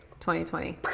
2020